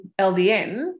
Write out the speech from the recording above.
LDN